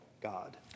God